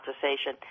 conversation